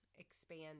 expand